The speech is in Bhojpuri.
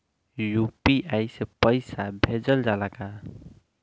यू.पी.आई से पईसा भेजल जाला का?